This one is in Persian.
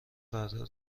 فردا